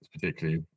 particularly